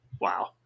Wow